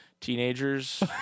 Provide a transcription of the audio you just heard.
teenagers